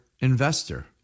investor